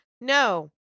No